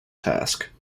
task